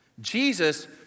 Jesus